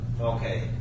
Okay